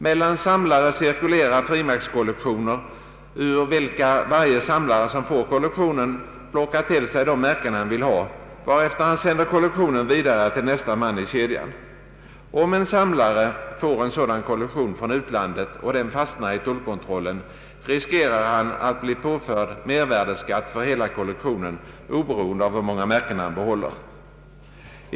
Mellan samlare cirkulerar frimärkskollektioner, ur vilka varje samlare som får kollektionen plockar till sig de märken han vill ha, varefter han sänder kollektionen vidare till nästa man i kedjan. Om en samlare får en sådan kollektion från utlandet och den fastnar i tullkontrollen riskerar han att bli påförd mervärdeskatt för hela kollektionen, oberoende av hur många märken han behåller.